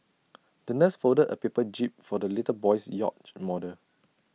the nurse folded A paper jib for the little boy's yacht model